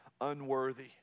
unworthy